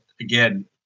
again